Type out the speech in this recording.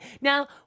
Now